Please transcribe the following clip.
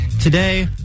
today